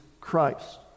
Christ